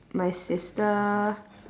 my sister